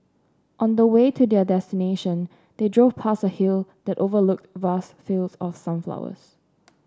on the way to their destination they drove past a hill that overlooked vast fields of sunflowers